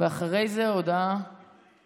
ואחרי זה, התנגדות.